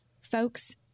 folks